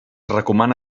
recomana